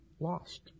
Lost